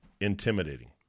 intimidating